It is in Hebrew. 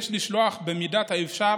יש לשלוח במידת האפשר